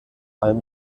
allem